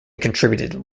contributed